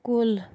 کُل